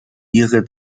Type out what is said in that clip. ihre